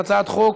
על הצעת חוק